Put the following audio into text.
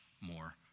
more